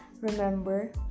Remember